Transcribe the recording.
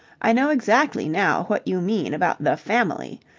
i know exactly now what you mean about the family.